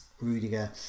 Rudiger